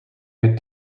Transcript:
had